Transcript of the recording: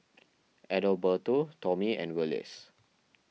Adalberto Tomie and Willis